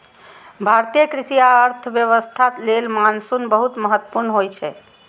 भारतीय कृषि आ अर्थव्यवस्था लेल मानसून बहुत महत्वपूर्ण होइ छै